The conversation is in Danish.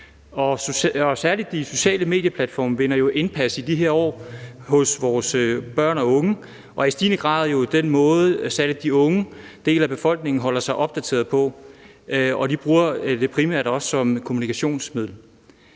Særlig de sociale medieplatforme vinder jo indpas i de her år hos vores børn og unge, og det er i stigende grad den måde, som særlig den unge del af befolkningen holder sig opdateret på, og de bruger det også som primært kommunikationsmiddel.